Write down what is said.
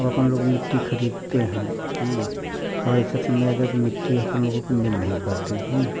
तो अपन लोग मिट्टी खरीदते हैं अब ऐसा समय आएगा कि मिट्टी अपन लोगों को मिल नहीं पाती